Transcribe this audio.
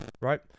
right